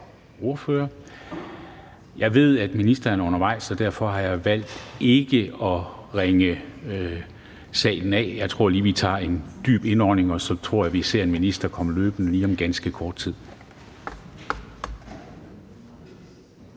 stede. Jeg ved, at ministeren er undervejs, så derfor har jeg valgt ikke at ringe salen af. Jeg tror lige, vi tager en dyb indånding, og så tror jeg, vi ser en minister komme løbende lige om ganske kort tid.